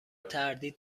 تردید